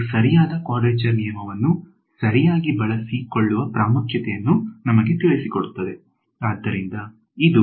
ಇದು ಸರಿಯಾದ ಕ್ವಾಡ್ರೇಚರ್ ನಿಯಮವನ್ನು ಸರಿಯಾಗಿ ಬಳಸಿಕೊಳ್ಳುವ ಪ್ರಾಮುಖ್ಯತೆಯನ್ನು ನಮಗೆ ತಿಳಿಸಿ ಕೊಡುತ್ತದೆ